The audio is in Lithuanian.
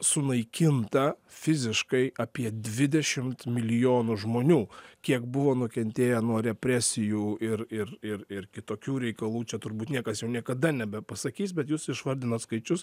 sunaikinta fiziškai apie dvidešimt milijonų žmonių kiek buvo nukentėję nuo represijų ir ir ir ir kitokių reikalų čia turbūt niekas jau niekada nebepasakys bet jūs išvardinot skaičius